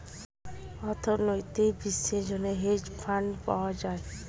অর্থনৈতিক বিষয়ের জন্য হেজ ফান্ড পাওয়া যায়